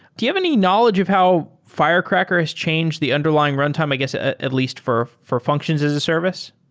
do you have any knowledge of how firecracker has changed the underlying runtime i guess ah at least for for functions as a service?